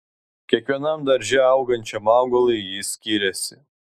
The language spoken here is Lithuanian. kiekvienam darže augančiam augalui jis skiriasi